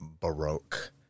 Baroque